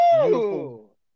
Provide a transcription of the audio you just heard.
beautiful